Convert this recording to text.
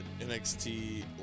NXT